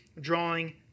drawing